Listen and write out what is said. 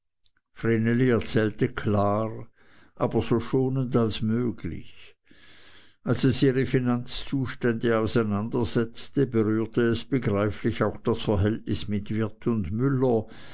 erzählte klar aber so schonend als möglich als es ihre finanzzustände auseinandersetzte berührte es begreiflich auch das verhältnis mit wirt und müller